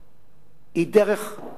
שראויה לבחינה.